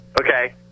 Okay